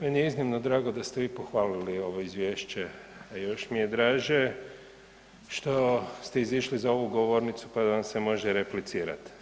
Meni je iznimno drago da ste vi pohvalili ovo izvješće, a još mi je draže što ste izišli za ovu govornicu pa da vam se može replicirati.